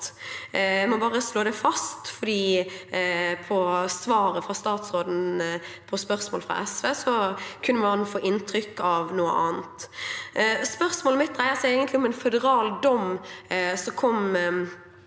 Jeg må bare slå det fast, for i svaret fra statsråden på spørsmål fra SV kunne man få inntrykk av noe annet. Spørsmålet mitt dreier seg egentlig om en føderal dom som kom